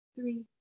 three